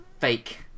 fake